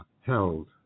held